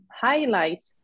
highlight